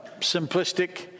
simplistic